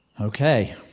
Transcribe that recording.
Okay